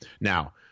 now